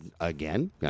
again